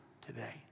today